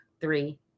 three